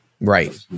Right